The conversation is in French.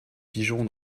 pigeons